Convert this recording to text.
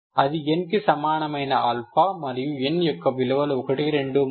అది n కు సమానమైన ఆల్ఫా మరియు n యొక్క విలువలు 123